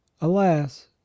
ALAS